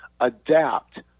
adapt